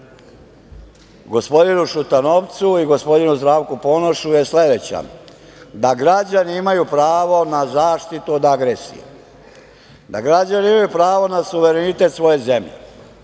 gospodinu Šutanovcu i gospodinu Zdravku Ponošu je sledeća - da građani imaju pravo na zaštitu od agresije, da građani imaju pravo na suverenitet svoje zemlje,